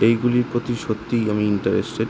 এইগুলির প্রতি সত্যিই আমি ইন্টারেস্টেড